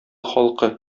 халкы